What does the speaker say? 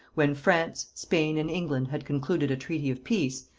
when france, spain and england had concluded a treaty of peace,